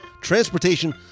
transportation